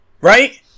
Right